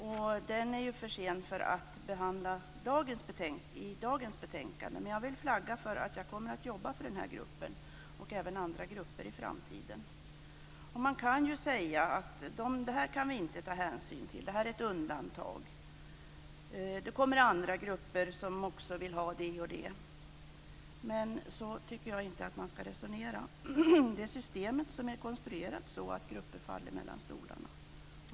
Den lämnades in för sent för att kunna behandlas i dagens betänkande. Men jag vill flagga för att jag kommer att jobba för den gruppen och även andra grupper i framtiden. Man kan säga: Det här kan vi inte ta hänsyn till. Det är ett undantag. Det kommer andra grupper som också vill ha det ena och det andra. Men jag tycker inte att man ska resonera så. Systemet är konstruerat så att grupper faller mellan stolarna.